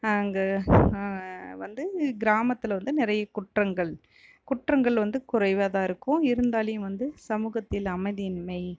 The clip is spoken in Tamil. அங்கே வந்து கிராமத்தில் வந்து நிறைய குற்றங்கள் குற்றங்கள் வந்து குறைவாக தான் இருக்கும் இருந்தாலேயும் வந்து சமூகத்தில் அமைதியின்மை